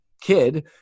kid